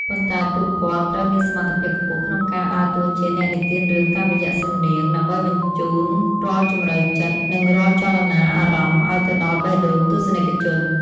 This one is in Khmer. ប៉ុន្តែពួកគាត់ត្រូវមានសមត្ថភាពខ្ពស់ក្នុងការដើរតួជា អ្នកនិទានរឿងតាមរយៈសំនៀង ដើម្បីបញ្ជូនរាល់ជម្រៅចិត្ត និងរាល់ចលនាអារម្មណ៍ឱ្យទៅដល់បេះដូងទស្សនិកជន។